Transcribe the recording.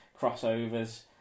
crossovers